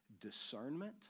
discernment